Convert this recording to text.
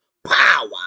Power